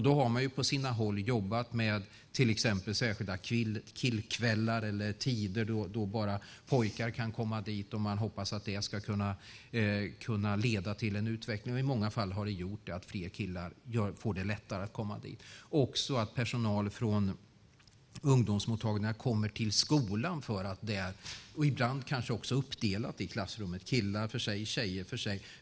Då har man på sina håll jobbat med till exempel särskilda killkvällar eller tider då bara pojkar kan komma dit, och man hoppas att det ska kunna leda till en utveckling. I många fall har det gjort det lättare för fler killar att komma dit. Personal från ungdomsmottagningar kan också komma till skolan, där klassrummet ibland är uppdelat med killar för sig och tjejer för sig.